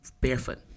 barefoot